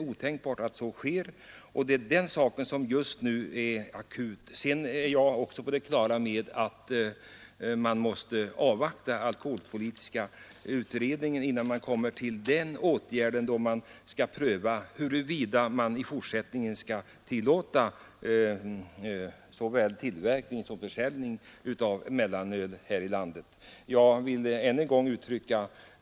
Också jag är på det klara med att vi måste avvakta alkoholpolitiska utredningens arbete innan riksdagen kan pröva huruvida tillverkning och försäljning av mellanöl här i landet skall tillåtas i fortsättningen.